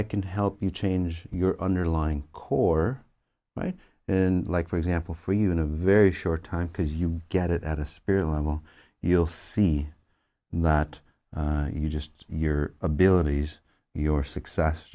can help you change your underlying core right in like for example for you in a very short time because you get it at a spirit level you'll see that you just your abilities your success